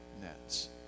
nets